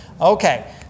Okay